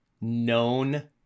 known